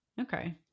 Okay